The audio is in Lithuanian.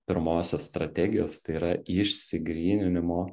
pirmosios strategijos tai yra išsigryninimo